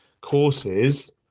courses